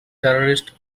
terrorist